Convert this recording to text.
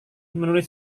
menulis